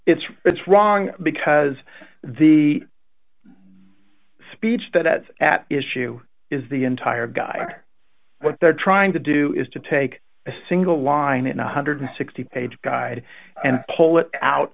it's it's wrong because the speech that's at issue is the entire guy what they're trying to do is to take a single line it one hundred and sixty dollars page guide and pull it out